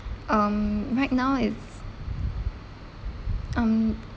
um right now it's um